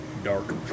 dark